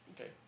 okay